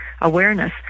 awareness